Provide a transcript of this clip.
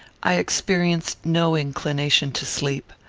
i experienced no inclination to sleep.